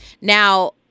Now